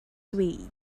suite